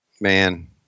man